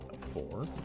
Four